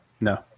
No